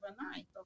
overnight